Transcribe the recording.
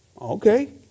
Okay